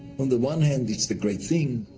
on the one hand, it's the great thing,